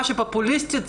מה שפופוליסטי,